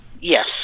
Yes